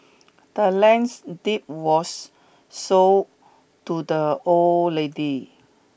the land's deed was sold to the old lady